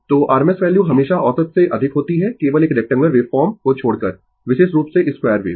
तो RMS value हमेशा औसत से अधिक होती है केवल एक रेक्टंगुलर वेव फॉर्म को छोड़कर विशेष रूप से 2वेव